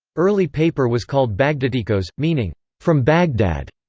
early paper was called bagdatikos, meaning from baghdad,